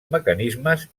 mecanismes